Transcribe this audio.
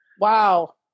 Wow